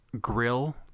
grill